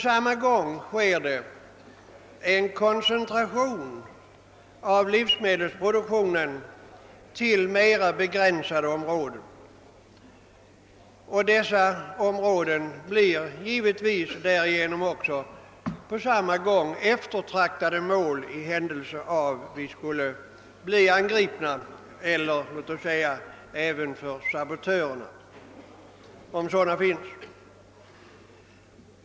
Samtidigt sker en koncentration av livsmedelsproduktionen till mera begränsade områden, vilka givetvis just därigenom också blir eftertraktade mål i händelse av angrepp och naturligtvis även för sabotörer, om nu sådana finns.